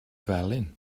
felyn